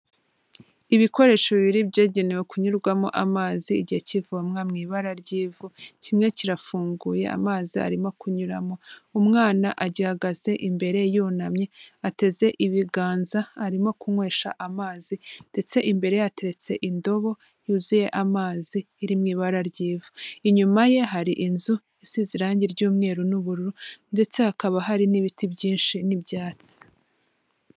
Ibikoresho bibiri byagenewe kunyurwamo amazi igihe cy'ivomwa mu ibara ry'ivu, kimwe kirafunguye amazi arimo kunyuramo. Umwana agihagaze imbere yunamye, ateze ibiganza arimo kunywesha amazi ndetse imbere ye hateretse indobo yuzuye amazi iri mu ibara ry'ivu. Inyuma ye hari inzu isize irangi ry'umweru n'ubururu ndetse hakaba hari n'ibiti byinshi n'ibyatsi.